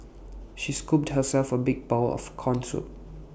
she scooped herself A big bowl of Corn Soup